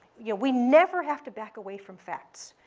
yeah we never have to back away from facts.